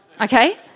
okay